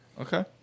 Okay